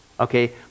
Okay